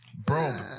Bro